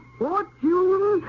fortune